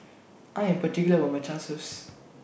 I Am particular about My Nachos